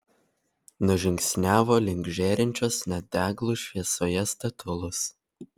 nužingsniavo link žėrinčios net deglų šviesoje statulos